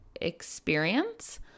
experience